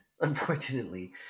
unfortunately